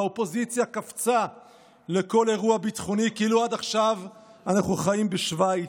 האופוזיציה קפצה לכל אירוע ביטחוני כאילו עד עכשיו אנחנו חיים בשווייץ,